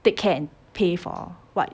take care and pay for what